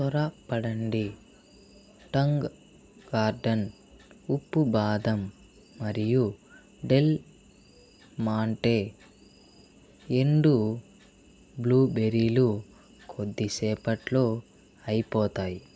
త్వరపడండి Tong Garden ఉప్పు బాదం మరియు డెల్ మాంటే ఎండు బ్లూబెరీలు కొద్దిసేపట్లో అయిపోతాయి